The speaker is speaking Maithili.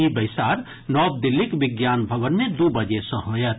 ई बैसार नव दिल्लीक विज्ञान भवन मे दू बजे सँ होयत